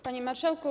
Panie Marszałku!